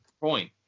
point